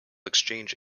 exchange